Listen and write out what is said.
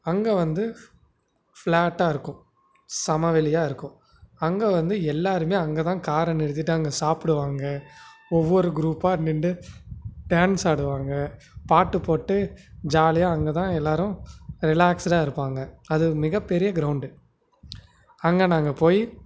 அங்கே வந்து ஃப் ஃப்ளாட்டாக இருக்கும் சமவெளியாக இருக்கும் அங்கே வந்து எல்லோருமே அங்கே தான் காரை நிறுத்திவிட்டு அங்கே சாப்பிடுவாங்க ஒவ்வொரு குரூப்பாக நின்று டேன்ஸ் ஆடுவாங்க பாட்டு போட்டு ஜாலியாக அங்கே தான் எல்லோரும் ரிலாக்ஸுடா இருப்பாங்க அது மிகப்பெரிய கிரௌண்டு அங்கே நாங்கள் போய்